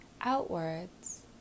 outwards